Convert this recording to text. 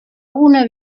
una